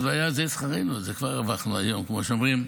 אז היה זה שכרנו, את זה כבר הרווחנו, כמו שאומרים.